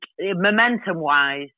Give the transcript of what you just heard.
momentum-wise